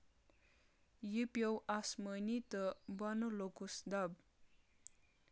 یہِ پیوٚو آسمٲنی تہٕ بوٚنہٕ لوٚگُس دب